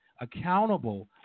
accountable